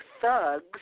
thugs